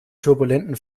turbulenten